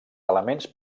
elements